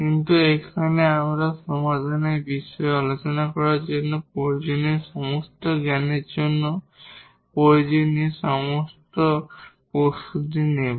কিন্তু এখানে আমরা সমাধানের বিষয়ে আলোচনা করার জন্য প্রয়োজনীয় সমস্ত জ্ঞানের জন্য প্রয়োজনীয় সমস্ত প্রস্তুতি নেব